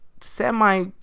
Semi